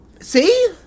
see